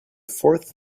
fourth